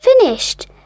Finished